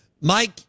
Mike